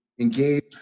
engage